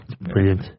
Brilliant